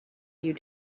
you